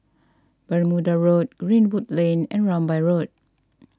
Bermuda Road Greenwood Lane and Rambai Road